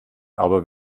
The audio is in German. aber